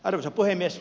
arvoisa puhemies